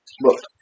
Look